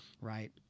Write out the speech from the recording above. right